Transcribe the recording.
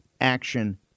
action